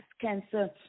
Cancer